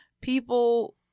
people